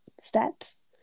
steps